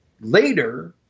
later